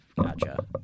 Gotcha